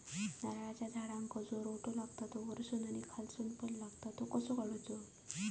नारळाच्या झाडांका जो रोटो लागता तो वर्सून आणि खालसून पण लागता तो कसो काडूचो?